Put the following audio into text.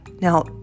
Now